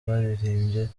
baririmbye